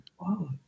Wow